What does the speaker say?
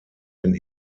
den